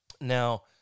Now